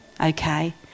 okay